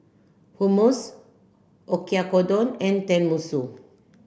Hummus Oyakodon and Tenmusu